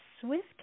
swift